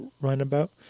runabout